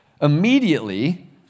Immediately